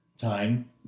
time